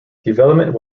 development